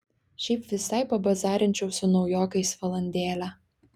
šiaip visai pabazarinčiau su naujokais valandėlę